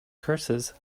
curses